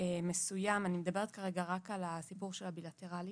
מסוים כרגע אני מדברת רק על הסיפור של הבילטרלי